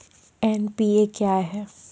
NPA क्या हैं?